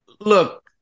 look